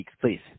please